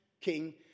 king